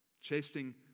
chasing